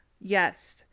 Yes